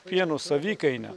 pieno savikaina